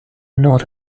not